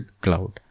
cloud